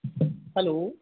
hello